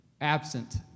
absent